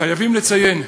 חייבים לציין,